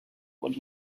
what